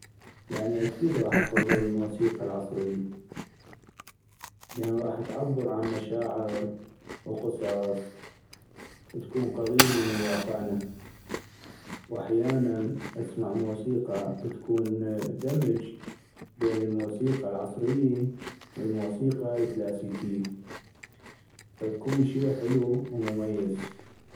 يعني اكيد غاح افضل الموسيقى العصريي لان غاح تعبر عن مشاعر وقصص تكون قغيبي من واقعنا ، وأحياناً اسمع موسيقى تكون دمج بين الموسيقى العصريي والموسيقى الكلاسيكي فتكون شي حلو ومميز